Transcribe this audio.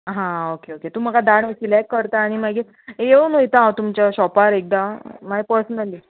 हा okay okay तूं म्हाका धाड सिलेक्ट करता आनी मागीर येवन वयता हांव तुमच्या शॉपार एकदा मागीर पर्सनली